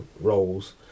roles